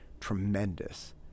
tremendous